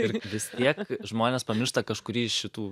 ir vis tiek žmonės pamiršta kažkurį iš šitų